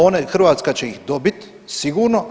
One, Hrvatska će ih dobiti sigurno.